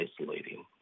isolating